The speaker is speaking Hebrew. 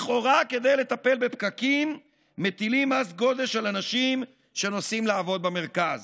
לכאורה כדי לטפל בפקקים מטילים מס גודש על אנשים שנוסעים לעבוד במרכז.